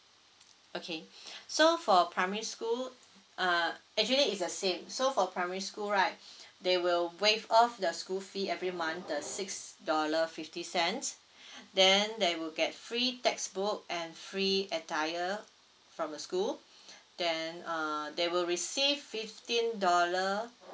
okay so for primary school uh actually is the same so for primary school right they will waive off the school fee every month the six dollar fifty cents then they will get free textbook and free attire from the school then uh they will receive fifteen dollar